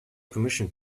permission